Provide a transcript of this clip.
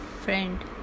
friend